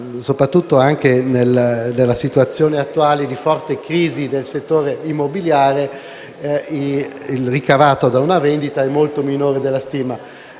soprattutto nella situazione attuale di forte crisi del settore immobiliare, il ricavato di una vendita è molto minore della stima.